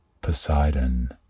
Poseidon